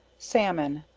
salmon,